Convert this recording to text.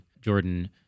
Jordan